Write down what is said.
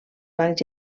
bancs